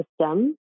system